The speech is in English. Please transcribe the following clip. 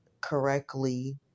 correctly